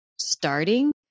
starting